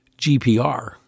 GPR